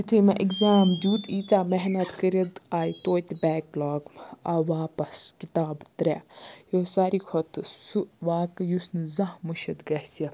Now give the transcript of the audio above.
یُتھٕے مےٚ اٮ۪کزام دیُت ییٖژاہ محنت کٔرِتھ آیہِ تویتہِ بیکلاگ آو واپَس کِتاب ترٛےٚ یہِ اوس ساروی کھۄتہٕ سُہ واقعہٕ یُس نہٕ زانٛہہ مٔشِت گژھِ